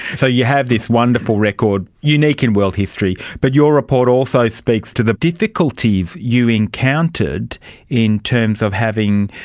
so you have this wonderful record, unique in world history. but your report also speaks to the difficulties you encountered in terms of having